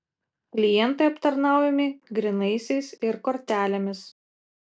klientai aptarnaujami grynaisiais ir kortelėmis